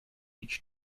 each